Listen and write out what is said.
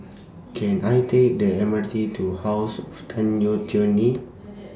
Can I Take The M R T to House of Tan Yeok Nee